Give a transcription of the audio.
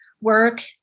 work